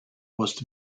was